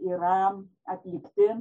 yra atlikti